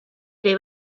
ere